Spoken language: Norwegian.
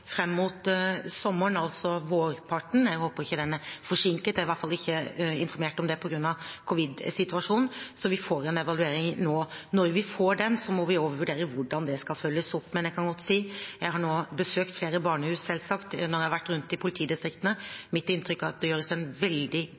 mot sommeren, altså på vårparten. Jeg håper den ikke er forsinket på grunn av covid-situasjonen, jeg er i hvert fall ikke informert om det. Så vi får en evaluering nå. Når vi får den, må vi vurdere hvordan det skal følges opp. Det jeg kan si, er at jeg selvsagt har besøkt flere barnehus når jeg har vært rundt i politidistriktene, og mitt inntrykk er at det gjøres en veldig